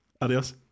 Adios